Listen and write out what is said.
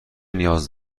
نیاز